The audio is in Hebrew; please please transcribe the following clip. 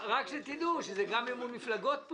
תדעו שפה זה גם מימון מפלגות,